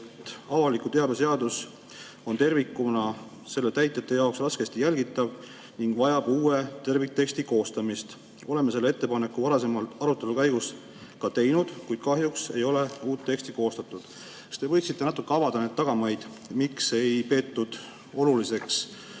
avaliku teabe seadus on tervikuna selle täitjate jaoks raskesti jälgitav ning vajab uue tervikteksti koostamist. Oleme selle ettepaneku varasemate arutelude käigus ka teinud, kuid kahjuks ei ole uut teksti koostatud." Kas te võiksite natuke avada neid tagamaid, miks ei peetud oluliseks